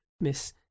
miss